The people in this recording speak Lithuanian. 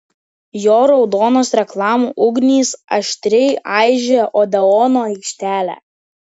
jo raudonos reklamų ugnys aštriai aižė odeono aikštelę